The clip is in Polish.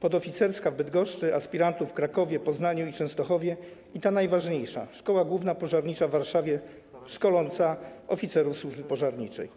podoficerska w Bydgoszczy, aspirantów w Krakowie, Poznaniu i Częstochowie oraz ta najważniejsza - Szkoła Główna Służby Pożarniczej w Warszawie szkoląca oficerów służby pożarniczej.